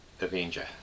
Avenger